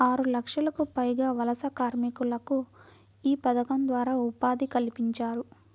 ఆరులక్షలకు పైగా వలస కార్మికులకు యీ పథకం ద్వారా ఉపాధి కల్పించారు